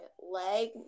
leg